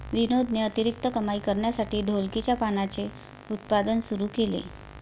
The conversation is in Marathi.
विनोदने अतिरिक्त कमाई करण्यासाठी ढोलकीच्या पानांचे उत्पादन सुरू केले